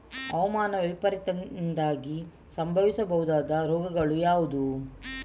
ಹವಾಮಾನ ವೈಪರೀತ್ಯದಿಂದಾಗಿ ಸಂಭವಿಸಬಹುದಾದ ರೋಗಗಳು ಯಾವುದು?